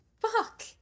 Fuck